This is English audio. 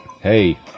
Hey